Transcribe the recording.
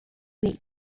weak